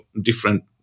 different